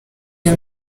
uyu